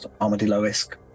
armadillo-esque